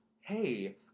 hey